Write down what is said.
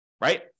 Right